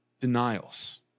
denials